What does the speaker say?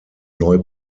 neu